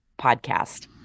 podcast